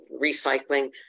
recycling